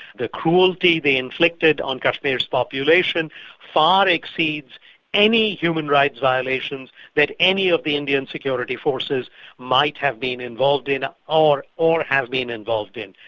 the cruelty they inflicted on kashmir's population far exceeds any human rights violations that any of the indian security forces might have been involved in or or have been involved in,